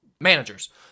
managers